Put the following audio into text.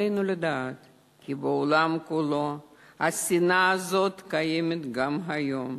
עלינו לדעת כי בעולם כולו השנאה הזאת קיימת היום,